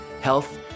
health